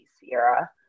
Sierra